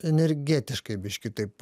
energetiškai biškį taip